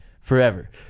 Forever